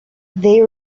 they